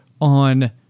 on